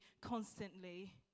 constantly